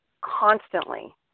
constantly